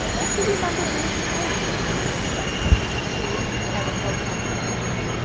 but she remembered reading stories of indian gentlemen who, having no constitutions,